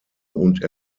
und